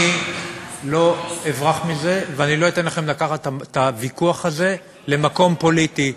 אני לא אברח מזה ואני לא אתן לכם לקחת את הוויכוח הזה למקום פוליטי.